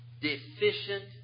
deficient